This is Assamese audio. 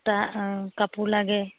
তাঁত কাপোৰ লাগে